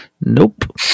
Nope